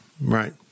Right